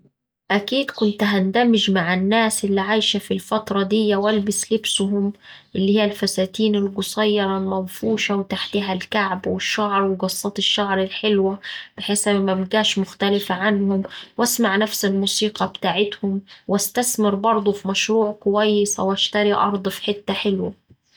أكيد كت هندمج مع الناس اللي عايشة في الفترة دية وألبس لبسهم اللي هيه الفساتين القصيرة المنفوشة وتحتيها الكعب والشعر وقصات الشعر الحلوة بحيث مبقاش مختلفة عنهم وأسمع نفس الموسيقى بتاعتهم، وأستثمر برضه في مشروع كويس أو أشتري أرض في حتة حلوة.